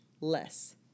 less